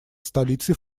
столицей